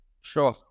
Sure